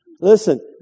Listen